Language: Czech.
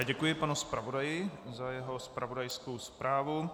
Děkuji panu zpravodaji za jeho zpravodajskou zprávu.